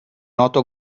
noto